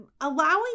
allowing